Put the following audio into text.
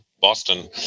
Boston